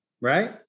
right